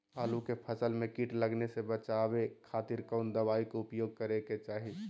आलू के फसल में कीट लगने से बचावे खातिर कौन दवाई के उपयोग करे के चाही?